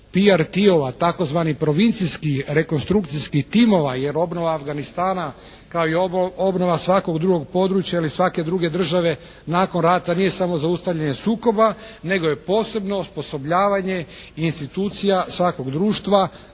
PRT-ova, tzv. provincijskih rekonstrukcijskih timova, jer obnova Afganistana kao i obnova svakog drugog područja ili svake druge države nakon rata nije samo zaustavljanje sukoba, nego je posebno osposobljavanje i institucija svakog društva